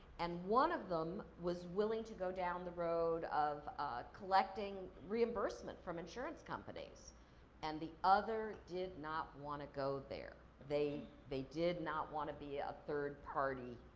and, one of them was willing to go down the road of collecting reimbursement from insurance companies and the other did not wanna go there. they they did not want to be a third party.